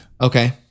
Okay